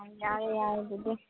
ꯌꯥꯏ ꯌꯥꯏ ꯑꯗꯨꯗꯤ